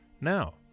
Now